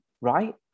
right